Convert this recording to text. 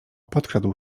podkradł